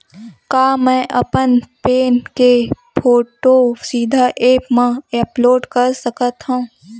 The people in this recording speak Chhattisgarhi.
का मैं अपन पैन के फोटू सीधा ऐप मा अपलोड कर सकथव?